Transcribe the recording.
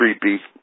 creepy